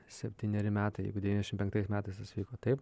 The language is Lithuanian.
septyneri metai jeigu devyniasdešimt penktais metais tas vyko taip